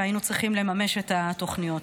והיינו צריכים לממש את התוכניות.